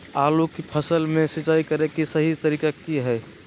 आलू की फसल में सिंचाई करें कि सही तरीका की हय?